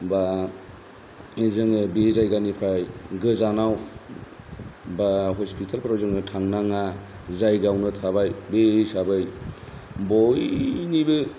बा जोङो बे जायगानिफ्राय गोजानाव बा हस्पिटालाफोराव जोङो थांनाङा जायगायावनो थाबाय बे हिसाबै बयनिबो